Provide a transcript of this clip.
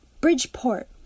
Bridgeport